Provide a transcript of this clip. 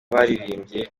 baririmbye